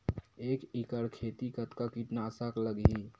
एक एकड़ खेती कतका किट नाशक लगही?